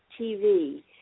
TV